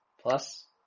Plus